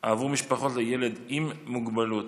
עבור משפחות לילד עם מוגבלות,